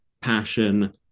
passion